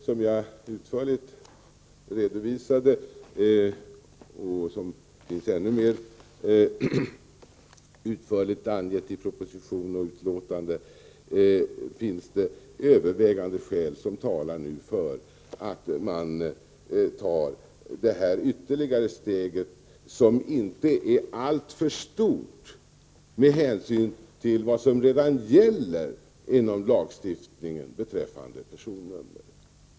Som jag utförligt redovisade och som det finns ännu mera utförligt angivet i proposition och betänkande finns det nu övervägande skäl som talar för att man tar det här ytterligare steget — som inte är alltför stort, med hänsyn till vad som redan gäller inom lagstiftningen beträffande personnummer.